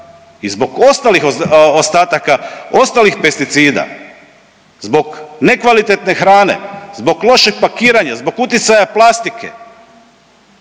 i zbog ostalih ostataka, ostalih pesticida, zbog nekvalitetne hrane, zbog lošeg pakiranja, zbog utjecaja plastike.